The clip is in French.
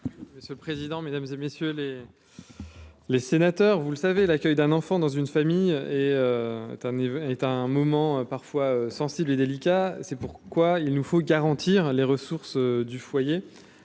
monsieur le président, Mesdames et messieurs les. Les sénateurs, vous le savez, l'accueil d'un enfant dans une famille et il est un moment parfois sensible et délicat, c'est pourquoi il nous faut garantir les ressources du foyer